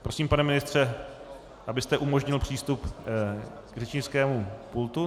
Prosím, pane ministře, abyste umožnil přístup k řečnickému pultu.